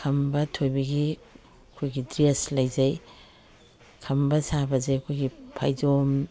ꯈꯝꯕ ꯊꯣꯏꯕꯤꯒꯤ ꯑꯩꯈꯣꯏꯒꯤ ꯗ꯭ꯔꯦꯁ ꯂꯩꯖꯩ ꯈꯝꯕ ꯁꯥꯕꯁꯦ ꯑꯩꯈꯣꯏꯒꯤ ꯐꯩꯖꯣꯝ